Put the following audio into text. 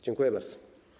Dziękuję bardzo.